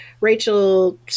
Rachel